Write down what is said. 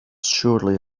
surely